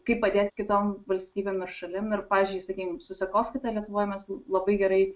kaip padėt kitom valstybėm ir šalim ir pavyzdžiui sakykim su sekoskaita lietuvoje mes labai gerai